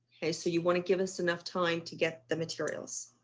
so you want to give us enough time to get the materials.